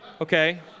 Okay